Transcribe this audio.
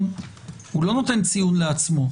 אז הוא לא נותן ציון לעצמו.